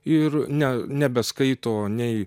ir ne nebeskaito nei